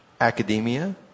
academia